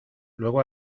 luego